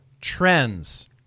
trends